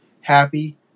Happy